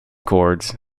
cords